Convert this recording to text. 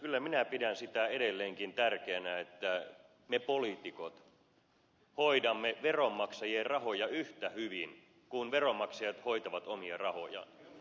kyllä minä pidän sitä edelleenkin tärkeänä että me poliitikot hoidamme veronmaksajien rahoja yhtä hyvin kuin veronmaksajat hoitavat omia rahojaan